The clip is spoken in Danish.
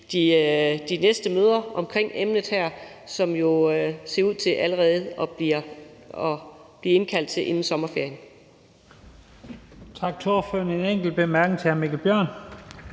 de næste møder omkring emnet her, som det jo ser ud til, at der allerede bliver indkaldt til inden sommerferien.